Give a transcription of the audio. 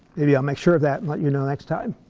maybe i'll make sure of that and let you know next time.